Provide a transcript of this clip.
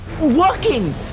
working